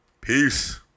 Peace